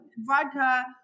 vodka